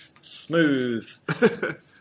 smooth